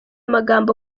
magambo